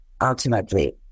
ultimately